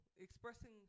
expressing